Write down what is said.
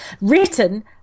written